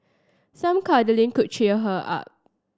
some cuddling could cheer her up